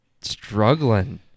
struggling